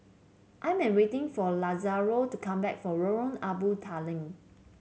I'm waiting for Lazaro to come back from Lorong Abu Talib